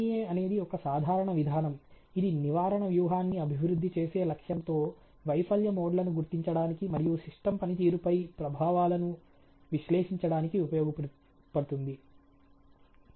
FMEA అనేది ఒక సాధారణ విధానం ఇది నివారణ వ్యూహాన్ని అభివృద్ధి చేసే లక్ష్యంతో వైఫల్య మోడ్లను గుర్తించడానికి మరియు సిస్టమ్ పనితీరుపై ప్రభావాలను విశ్లేషించడానికి ఉపయోగపడుతుంది